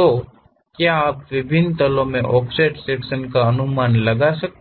क्या आप विभिन्न तलो में ऑफसेट सेक्शन का अनुमान लगा सकते हैं